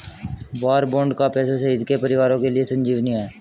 वार bond का पैसा शहीद के परिवारों के लिए संजीवनी है